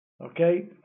Okay